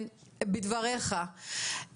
בדבריך,